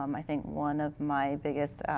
um i think one of my biggest